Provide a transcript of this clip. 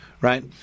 right